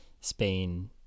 Spain